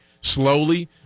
slowly